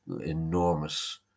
enormous